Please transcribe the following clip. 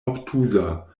obtuza